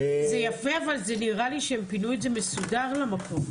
זה יפה אבל זה נראה לי שהם פינו את זה מסודר למקום.